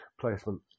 placement